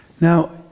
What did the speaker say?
Now